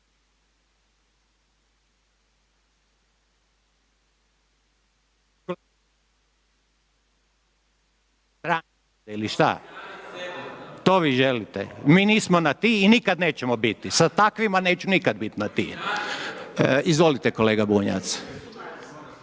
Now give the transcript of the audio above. To vi želite? Mi nismo na ti i nikada nećemo biti, sa takvima neću nikada biti na ti, izvolite kolega Bunjac.